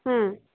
হুম